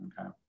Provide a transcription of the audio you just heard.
Okay